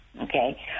Okay